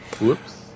Whoops